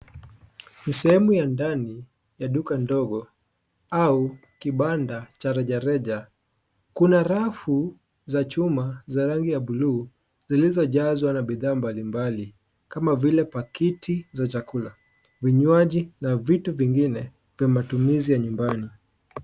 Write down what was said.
Ni sehemu ya duka ndogo au kipanda cha rejareja. Kuna rafu za chuma za rangi ya blue zilizojazwa na bidhaa mbalimbali Kama vile pakiti za chakula, vinywaji na vitu vingine ya matumizi ya nyumbani.